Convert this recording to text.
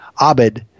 Abid